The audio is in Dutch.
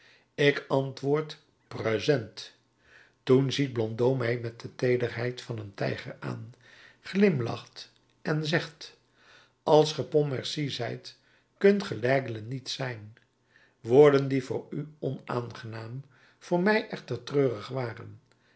ik antwoord present toen ziet blondeau mij met de teederheid van een tijger aan glimlacht en zegt als ge pontmercy zijt kunt ge l'aigle niet zijn woorden die voor u onaangenaam voor mij echter treurig waren